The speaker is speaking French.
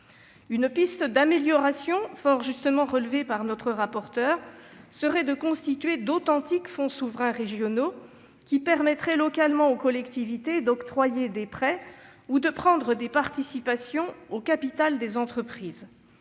Une piste d'amélioration fort justement relevée par notre rapporteur serait de constituer d'authentiques fonds souverains régionaux qui permettraient localement aux collectivités d'octroyer des prêts ou de prendre des participations au capital des entreprises.